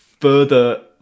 further